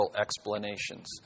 explanations